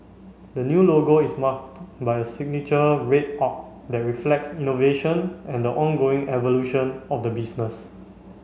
the new logo is marked by a signature red arc that reflects innovation and the ongoing evolution of the business